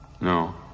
No